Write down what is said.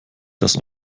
das